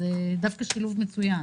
זה דווקא שילוב מצוין.